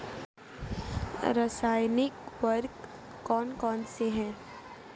रासायनिक उर्वरक कौन कौनसे हैं?